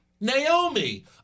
Naomi